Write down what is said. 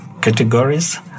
categories